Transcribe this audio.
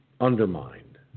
undermined